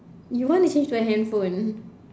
you want to change to a handphone